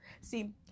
see